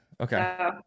Okay